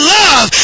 love